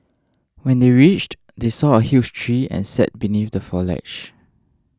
when they reached they saw a huge tree and sat beneath the foliage